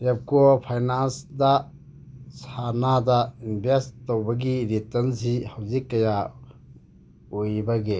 ꯔꯦꯞꯀꯣ ꯐꯥꯏꯅꯥꯟꯁꯗ ꯁꯅꯥꯗ ꯏꯟꯕꯦꯁ ꯇꯧꯕꯒꯤ ꯔꯤꯇꯟꯁꯤ ꯍꯧꯖꯤꯛ ꯀꯌꯥ ꯑꯣꯏꯔꯤꯕꯒꯦ